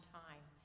time